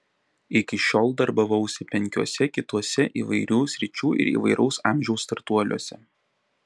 iki šiol darbavausi penkiuose kituose įvairių sričių ir įvairaus amžiaus startuoliuose